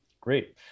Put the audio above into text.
Great